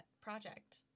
project